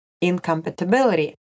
incompatibility